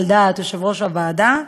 על דעת יושב-ראש הוועדה,